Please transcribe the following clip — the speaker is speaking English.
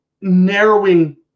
narrowing